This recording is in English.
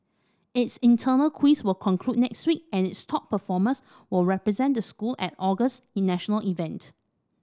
its internal quiz will conclude next week and its top performers will represent the school at August's national event